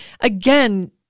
again